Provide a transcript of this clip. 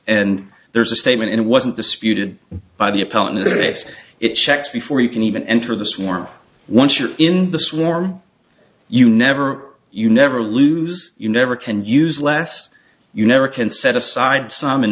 and there's a statement in it wasn't disputed by the opponent breaks it checks before you can even enter the swarm once you're in the swarm you never you never lose you never can use less you never can set aside some and